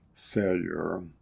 failure